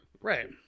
Right